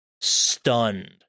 stunned